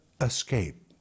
Escape